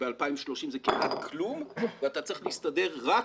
שב-2030 זה כמעט כלום ואתה צריך להסתדר רק